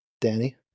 Danny